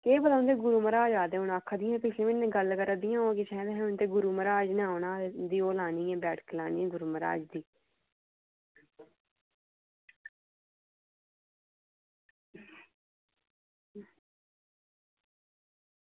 केह् पता उंदे गुरू म्हाराज आवा दे होन आक्खा दी ऐहें पिच्छले म्हीनै गल्ल करा दी ही की गुरू म्हाराज नै औना ते उंदी ओह् लानी बैठक बैठक लानी ऐ गुरू म्हाराज हुंदी